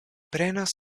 prenas